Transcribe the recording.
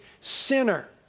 sinner